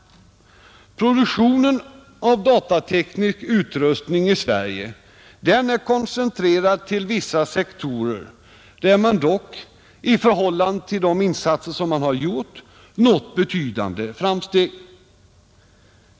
Produktionen av datateknisk utrustning i Sverige är koncentrerad till vissa sektorer, där man dock i förhållande till de insatser som gjorts har nått betydande framsteg.